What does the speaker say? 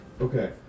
Okay